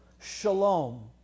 shalom